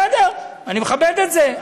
בסדר, אני מכבד את זה.